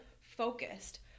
focused